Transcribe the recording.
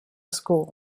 school